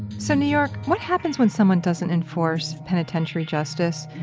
so new york, what happens when someone doesn't enforce penitentiary justice,